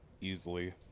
easily